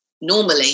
normally